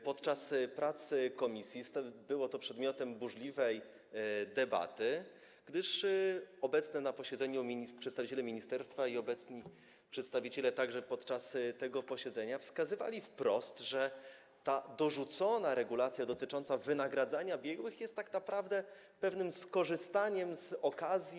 Podczas pracy komisji było to przedmiotem burzliwej debaty, gdyż obecni na posiedzeniu przedstawiciele ministerstwa, obecni także podczas tego posiedzenia, wskazywali wprost, że ta dorzucona regulacja dotycząca wynagradzania biegłych jest tak naprawdę pewnym skorzystaniem z okazji.